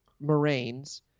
moraines